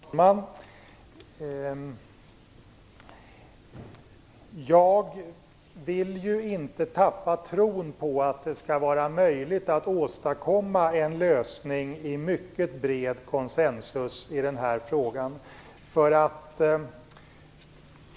Fru talman! Jag vill ju inte tappa tron på att det skall vara möjligt att åstadkomma en lösning i mycket bred konsensus när det gäller den här frågan.